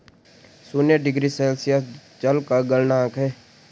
शून्य degree Celsius जल का गलनांक है